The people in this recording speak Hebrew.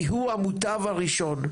כי הוא המוטב הראשון,